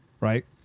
right